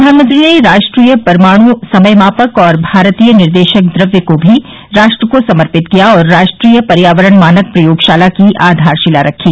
प्रधानमंत्री ने राष्ट्रीय परमाणु समयमापक और भारतीय निर्देशक द्रव्य को भी राष्ट्र को समर्पित किया और राष्ट्रीय पर्यावरण मानक प्रयोगशाला की आधारशिला रखी